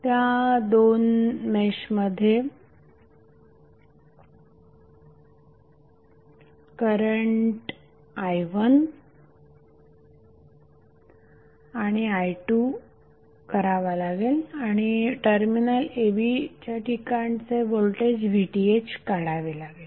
त्या दोन मेशमध्ये करंट i1आणि i2 करावा लागेल आणि टर्मिनल a b ठिकाणचे व्होल्टेज VThकाढावे लागेल